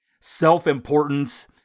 self-importance